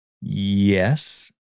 Yes